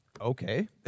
okay